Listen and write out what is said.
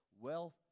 wealth